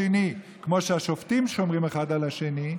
השני כמו שהשופטים שומרים אחד על השני,